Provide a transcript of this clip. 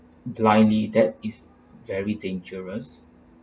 blindly that is very dangerous